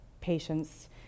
patients